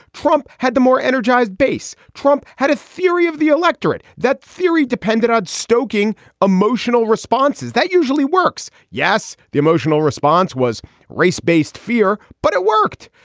trump had the more energized base. trump had a theory of the electorate. that theory depended on stoking emotional responses that usually works. yes the emotional response was race based fear. but it worked.